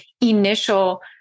initial